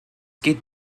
geht